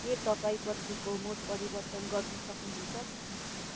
के तपाईँ बत्तीको मुड परिवर्तन गर्नु सक्नुहुन्छ